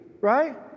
right